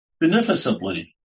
beneficently